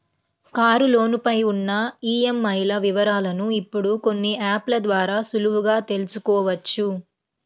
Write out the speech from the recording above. కారులోను పై ఉన్న ఈఎంఐల వివరాలను ఇప్పుడు కొన్ని యాప్ ల ద్వారా సులువుగా తెల్సుకోవచ్చు